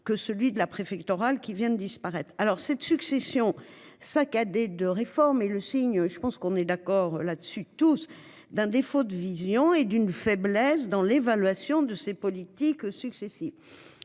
que celui de la préfectorale, qui vient de disparaître. Alors cette succession saccadé de réforme est le signe, je pense qu'on est d'accord là-dessus tous d'un défaut de vision et d'une faiblesse dans l'évaluation de ces politiques successives.